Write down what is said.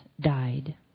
died